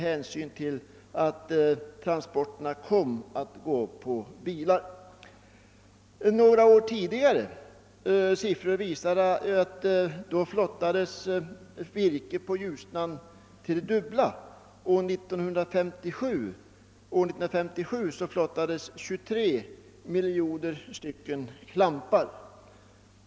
Vissa siffror avseende några år tidigare visar att det då flottades virke på Ljusnan i dubbelt så stor omfattning. År 1957 flottades 23 miljoner klampar.